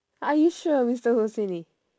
are you sure mister husaini